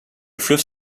fleuve